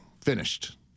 Finished